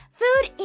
food